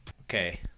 okay